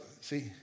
See